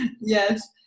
yes